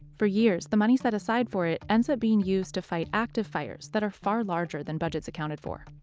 for years, the money set aside for it ends up being used to fight active fires that are far larger than budgets accounted for.